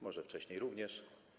Może wcześniej również.